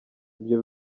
ibyo